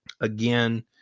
Again